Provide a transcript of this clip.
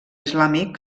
islàmic